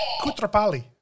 Kutrapali